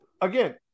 again